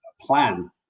plan